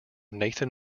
nathan